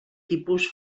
tipus